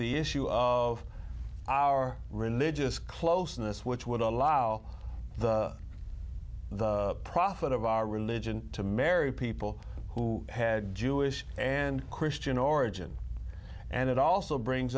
the issue of our religious closeness which would allow the prophet of our religion to marry people who had jewish and christian origin and it also brings